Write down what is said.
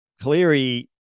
Cleary